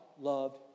loved